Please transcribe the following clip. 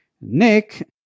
Nick